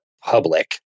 public